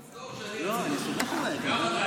תודה רבה.